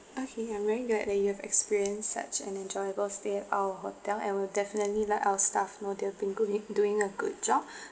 okay I'm very glad that you have experienced such an enjoyable stay our hotel and we'll definitely let our staff know they've been doin~~ doing a good job